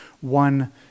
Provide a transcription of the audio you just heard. one